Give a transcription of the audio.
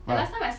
but